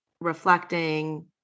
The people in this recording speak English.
reflecting